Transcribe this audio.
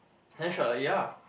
then she was like ya